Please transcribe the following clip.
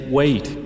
wait